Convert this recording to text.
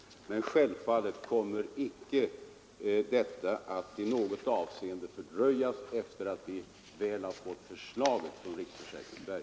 Självfallet kommer icke denna att i något avseende fördröjas sedan vi väl har fått förslaget från riksförsäkringsverket.